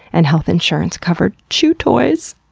and health insurance covered chew toys!